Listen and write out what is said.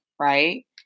right